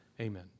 Amen